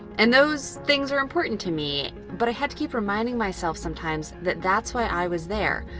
and those things are important to me. but i had to keep reminding myself sometimes that that's why i was there.